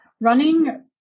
Running